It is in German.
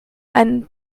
ein